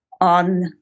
on